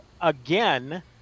again